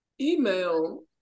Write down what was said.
email